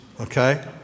okay